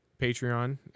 patreon